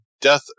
death